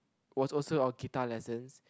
was also our guitar lessons